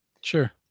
Sure